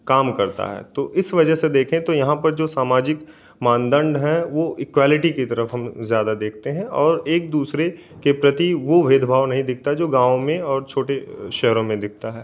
काम करता हैं तो इस वजह से देखें तो यहाँ पर जो सामाजिक मानदंड है वह इक्वलिटी की तरफ़ हम ज़्यादा देखते हैं और एक दूसरे के प्रति वो भेदभाव नहीं दिखता जो गाँव में और छोटे शहरों में दिखता है